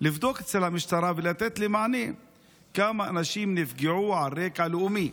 לבדוק אצל המשטרה ולתת לי מענה כמה אנשים נפגעו על רקע לאומני.